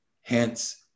Hence